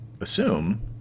assume